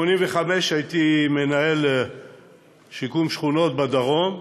ב-1985 הייתי מנהל שיקום שכונות בדרום,